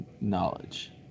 knowledge